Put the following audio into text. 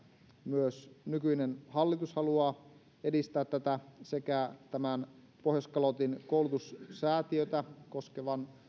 myös nykyinen hallitus haluaa edistää tätä sekä tämän pohjoiskalotin koulutussäätiötä koskevan